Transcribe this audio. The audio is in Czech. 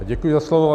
Děkuji za slovo.